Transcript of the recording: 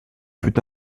fut